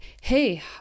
hey